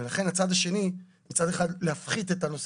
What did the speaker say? ולכן הצד השני הוא להפחית את הנושא